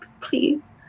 Please